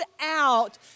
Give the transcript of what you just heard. out